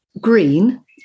Green